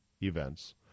events